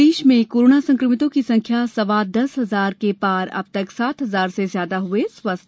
प्रदेश में कोरोना संकमितों की संख्या सवा दस हजार के पार अब तक सात हजार से ज्यादा हुए स्वस्थ